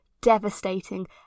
devastating